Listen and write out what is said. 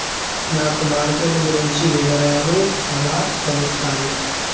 నాకు మార్కెట్ గురించి వివరాలు ఎలా తెలుస్తాయి?